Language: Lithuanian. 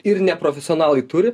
ir neprofesionalai turi